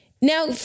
now